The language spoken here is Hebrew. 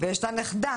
ויש לה נכדה.